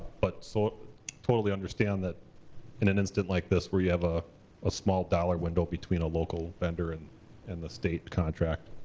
but so totally understand that in an instance like this, where you have ah a small dollar window between a local vendor and and the state contract,